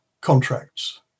contracts